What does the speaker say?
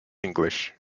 english